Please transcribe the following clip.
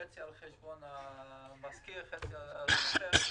חצי על חשבון המשכיר וחצי על חשבון השוכר.